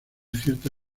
cierta